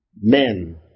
Men